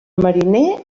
mariner